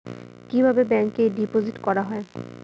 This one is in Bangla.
কিভাবে ব্যাংকে ডিপোজিট করা হয়?